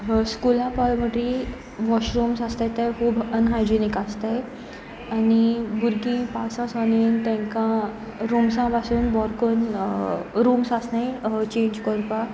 स्कुलां पयलीं म्हुटी वॉशरुम्स आसताय ते खूब अनहायजिनीक आसताय आनी भुरगीं पावासा दिसांनी तांकां रुम्सां पासून बरे करून रुम्स आसनाय चेंज करपाक